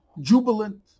jubilant